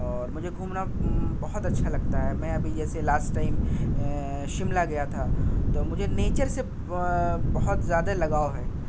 اور مجھے گھومنا بہت اچھا لگتا ہے میں ابھی جیسے لاسٹ ٹائم شملہ گیا تھا تو مجھے نیچر سے با بہت زیادہ لگاؤ ہے